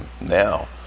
now